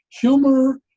humor